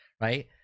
Right